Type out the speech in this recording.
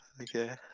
Okay